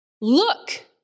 Look